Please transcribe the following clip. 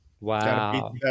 wow